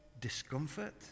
discomfort